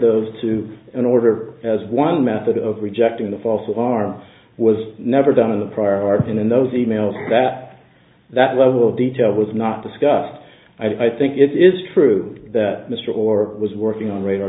those two in order as one method of rejecting the false alarm was never done in the prior art and in those e mails that that level of detail was not discussed i think it is true that mr or was working on radar